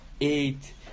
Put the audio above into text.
eight